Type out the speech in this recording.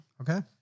Okay